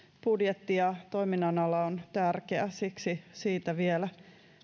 budjetti ja toiminnanala on tärkeä siksi siitä vielä